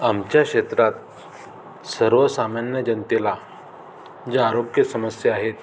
आमच्या क्षेत्रात सर्वसामान्य जनतेला ज्या आरोग्य समस्या आहेत